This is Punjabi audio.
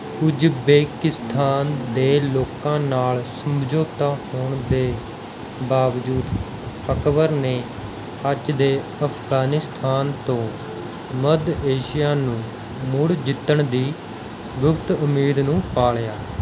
ਉਜਬੇਕਿਸਥਾਨ ਦੇ ਲੋਕਾਂ ਨਾਲ ਸਮਝੌਤਾ ਹੋਣ ਦੇ ਬਾਵਜੂਦ ਅਕਬਰ ਨੇ ਅੱਜ ਦੇ ਅਫ਼ਗ਼ਾਨਿਸਥਾਨ ਤੋਂ ਮੱਧ ਏਸ਼ੀਆ ਨੂੰ ਮੁੜ ਜਿੱਤਣ ਦੀ ਗੁਪਤ ਉਮੀਦ ਨੂੰ ਪਾਲਿਆ